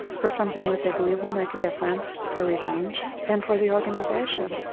for something that they believe will make a difference, for revenge, and for the organisation.